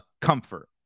comfort